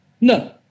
no